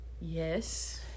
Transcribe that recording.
yes